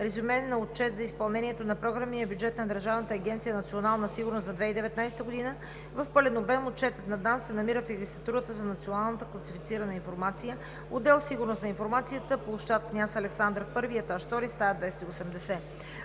Резюме на Отчета за изпълнението на програмния бюджет на Държавната агенция „Национална сигурност“ за 2019 г., в пълен обем Отчетът на ДАНС се намира в Регистратурата на Националната класифицирана информация, отдел „Сигурност на информацията“, пл. „Княз Александър І“, етаж втори, стая 280;